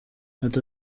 ati